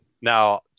Now